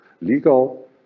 Legal